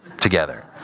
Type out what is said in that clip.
together